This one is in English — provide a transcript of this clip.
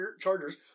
Chargers